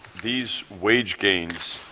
these wage gains,